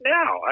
now